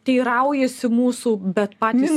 teiraujasi mūsų bet patys